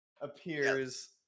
appears